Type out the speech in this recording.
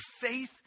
faith